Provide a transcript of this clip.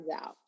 out